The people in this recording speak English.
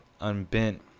unbent